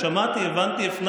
שמעתי, הבנתי, הפנמתי,